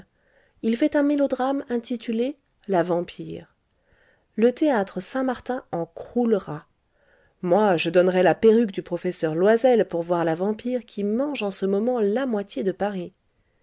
il fait un mélodrame intitulé la vampire le théâtre saint-martin en croulera moi je donnerais la perruque du professeur loysel pour voir la vampire qui mange en ce moment la moitié de paris